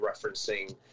referencing